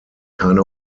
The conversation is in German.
keine